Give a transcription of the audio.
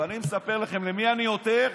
ואני מספר לכם, למי אני עותר?